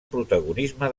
protagonisme